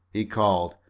he called,